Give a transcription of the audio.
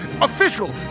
official